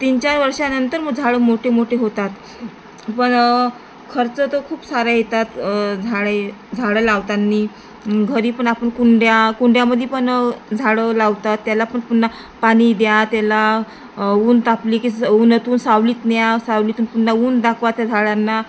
तीन चार वर्षानंतर मग झाडं मोठे मोठे होतात पण खर्च तर खूप सारे येतात झाडे झाडं लावताना घरी पण आपण कुंड्या कुंड्यामध्ये पण झाडं लावतात त्याला पण पुन्हा पाणी द्या त्याला ऊन तापली की ऊनतून सावलीत न्या सावलीतून पुन्हा ऊन दाखवा त्या झाडांना